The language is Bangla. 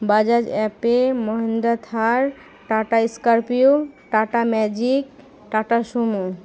Bajaj Ape Mahindra Thar Tata Scorpio Tata Magic Tata Sumo